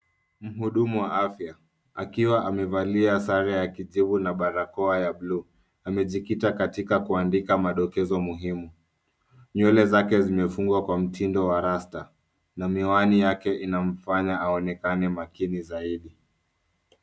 Mhudumu wa afya, akiwa amevalia sare ya kijivu na barakoa ya bluu, amejikita katika kuandika madokezo muhimu. Nywele zake zimefungwa kwa mtindo wa rasta na miwani yake inamfanya aonekane makini zaidi.